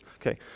Okay